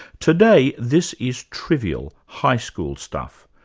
today, this is trivial, high school stuff,